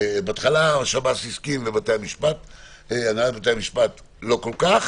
בהתחלה שב"ס הסכים והנהלת בתי המשפט לא כל כך.